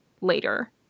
later